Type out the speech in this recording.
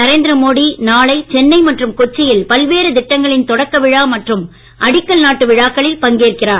நரேந்திர மோடி நாளை சென்னை மற்றும் கொச்சியில் பல்வேறு திட்டங்களின் தொடக்க விழா மற்றும் அடிக்கல் நாட்டு விழாக்களில் பங்கேற்கிறார்